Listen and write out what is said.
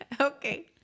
Okay